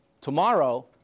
tomorrow